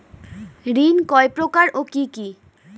ঋণ কয় প্রকার ও কি কি?